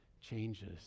changes